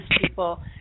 people